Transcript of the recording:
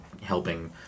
helping